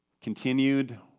continued